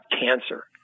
cancer